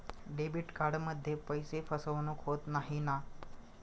Debit कार्डमध्ये पैसे फसवणूक होत नाही ना?